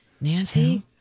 Nancy